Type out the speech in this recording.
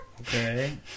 Okay